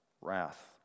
Wrath